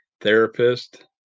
Therapist